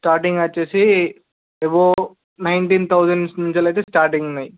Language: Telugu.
స్టార్టింగ్ వచ్చి ఎబో నైటీన్ థౌసండ్ నుంచి వెళ్ళి అయితే స్టార్టింగ్ ఉన్నాయి